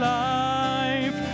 life